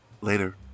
Later